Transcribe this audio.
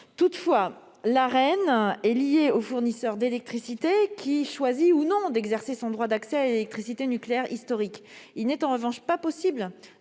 Toutefois, l'Arenh est lié au fournisseur d'électricité qui choisit ou non d'exercer son droit d'accès à l'électricité nucléaire historique. Il n'est en revanche pas possible